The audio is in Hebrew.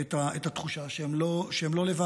את התחושה שהם לא לבד.